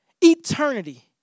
eternity